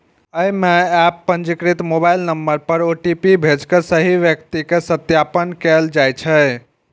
अय मे एप पंजीकृत मोबाइल नंबर पर ओ.टी.पी भेज के सही व्यक्ति के सत्यापन कैल जाइ छै